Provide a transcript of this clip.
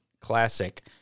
Classic